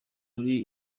muri